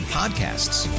podcasts